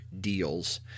Deals